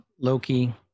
Loki